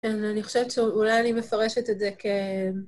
כן, אני חושבת שאולי אני מפרשת את זה כ...